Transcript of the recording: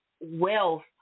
wealth